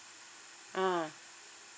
uh